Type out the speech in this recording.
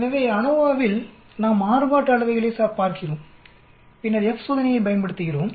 எனவே அநோவாவில் இல் நாம் மாறுபாட்டு அளவைகளைப் பார்க்கிறோம் பின்னர் F சோதனையைப் பயன்படுத்துகிறோம்